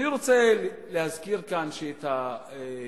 אני רוצה להזכיר כאן שההתנחלות,